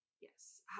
Yes